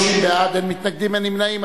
30 בעד, אין מתנגדים, אין נמנעים.